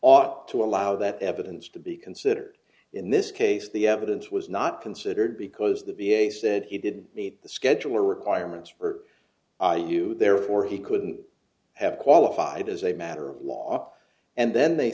ought to allow that evidence to be considered in this case the evidence was not considered because the v a said he did meet the schedule requirements for you therefore he couldn't have qualified as a matter of law and then they